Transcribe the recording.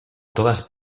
todas